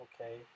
Okay